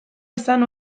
izan